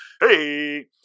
Hey